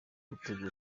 gutegura